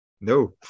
No